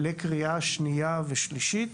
לקריאה שנייה ושלישית.